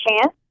Chance